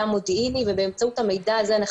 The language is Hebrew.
מודיעיני ובאמצעות המידע הזה אנחנו יודעים.